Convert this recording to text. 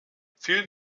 vielen